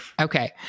Okay